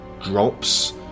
drops